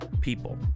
people